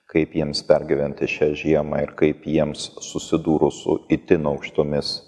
kaip jiems pergyventi šią žiemą ir kaip jiems susidūrus su itin aukštomis